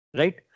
right